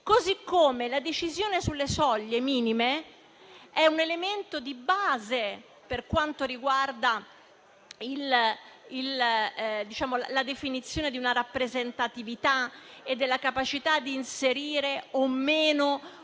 la decisione sulle soglie minime rappresenta un elemento di base per quanto riguarda la definizione di una rappresentatività e della capacità di inserire le